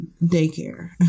daycare